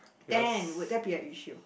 then would that be a issue